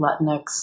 Latinx